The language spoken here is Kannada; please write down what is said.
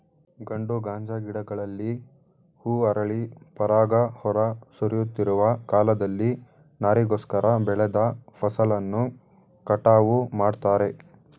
ಗಂಡು ಗಾಂಜಾ ಗಿಡಗಳಲ್ಲಿ ಹೂ ಅರಳಿ ಪರಾಗ ಹೊರ ಸುರಿಯುತ್ತಿರುವ ಕಾಲದಲ್ಲಿ ನಾರಿಗೋಸ್ಕರ ಬೆಳೆದ ಫಸಲನ್ನು ಕಟಾವು ಮಾಡ್ತಾರೆ